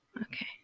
Okay